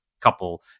couple